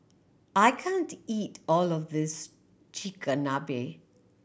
I can't eat all of this Chigenabe